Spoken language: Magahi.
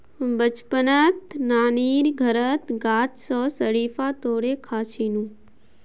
बचपनत नानीर घरत गाछ स शरीफा तोड़े खा छिनु